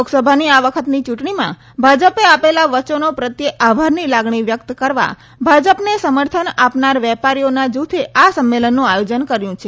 લોકસભાની આ વખતની ચૂંટણીમાં ભાજપે આપેલા વચનો પ્રત્યે આભારની લાગણી વ્યક્ત કરવા ભાજપને સમર્થન આપનાર વેપારીઓના જૂથે આ સંમેલનનું આયોજન કર્યું છે